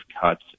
cuts